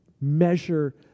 measure